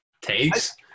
Takes